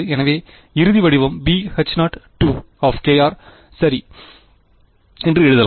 எனவே இறுதி வடிவம் bH0 சரி என்று எழுதலாம்